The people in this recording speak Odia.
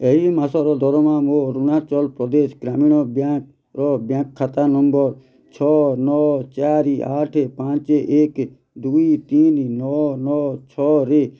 ଏହି ମାସର ଦରମା ମୋ ଅରୁଣାଚଳ ପ୍ରଦେଶ ଗ୍ରାମୀଣ ବ୍ୟାଙ୍କ୍ର ବ୍ୟାଙ୍କ୍ ଖାତା ନମ୍ବର୍ ଛଅ ନଅ ଚାରି ଆଠ ପାଞ୍ଚ ଏକ ଦୁଇ ତିନି ନଅ ନଅ ଛଅରେ